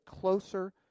closer